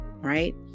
right